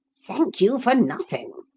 thank you for nothing,